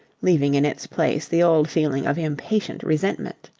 leaving in its place the old feeling of impatient resentment.